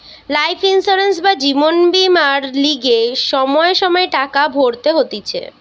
life insurance বা জীবন বীমার লিগে সময়ে সময়ে টাকা ভরতে হতিছে